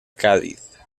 cádiz